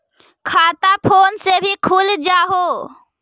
खाता फोन से भी खुल जाहै?